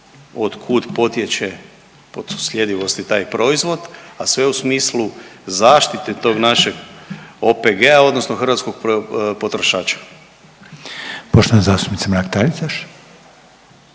otkud potječe podsusljedivosti taj proizvod, a sve u smislu zaštite tog našeg OPG-a odnosno hrvatskog potrošača. **Reiner, Željko